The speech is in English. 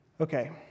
Okay